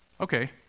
Okay